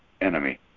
enemy